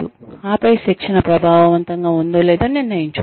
ఆపై శిక్షణ ప్రభావవంతంగా ఉందో లేదో నిర్ణయించుకోవచ్చు